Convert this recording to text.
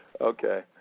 okay